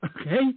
okay